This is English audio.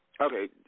okay